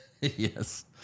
Yes